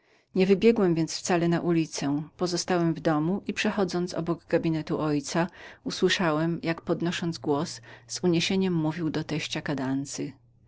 nie wybiegłem więc wcale na ulicę pozostałem w domu i przechodząc obok gabinetu mego ojca usłyszałem jak podnosząc głos z uniesieniem mówił do